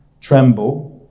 tremble